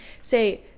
Say